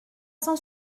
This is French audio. cent